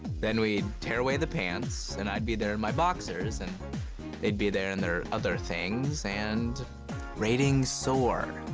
then we'd tear away the pants, and i'd be there in my boxers, and they'd be there in their other things, and ratings soar.